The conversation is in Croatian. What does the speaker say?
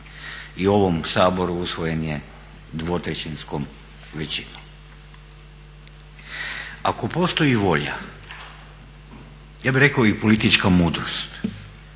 u ovom Saboru usvojen je dvotrećinskom većinom. Ako postoji volja, ja bih rekao i politička mudrost